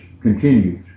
continues